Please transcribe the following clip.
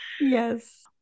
Yes